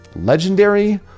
legendary